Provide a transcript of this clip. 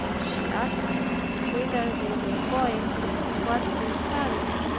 she asked them whither they were going and what they carried.